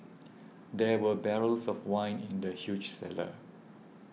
there were barrels of wine in the huge cellar